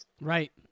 Right